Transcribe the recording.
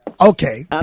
Okay